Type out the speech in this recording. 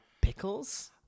pickles